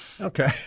Okay